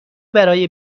برای